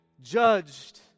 judged